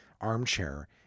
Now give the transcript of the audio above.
armchair